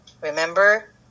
remember